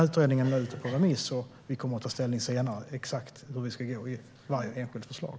Utredningen är ute på remiss, och vi kommer senare att ta ställning till exakt hur vi ska gå vidare med varje enskilt förslag.